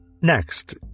Next